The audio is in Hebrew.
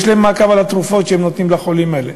יש להם מעקב על התרופות שהם רושמים לחולים האלה,